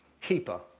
keeper